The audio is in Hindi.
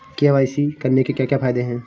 के.वाई.सी करने के क्या क्या फायदे हैं?